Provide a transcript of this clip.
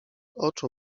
oczu